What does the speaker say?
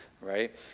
right